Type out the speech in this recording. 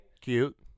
Cute